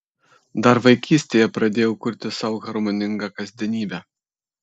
dar vaikystėje pradėjau kurti sau harmoningą kasdienybę